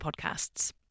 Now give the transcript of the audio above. podcasts